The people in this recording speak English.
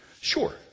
Sure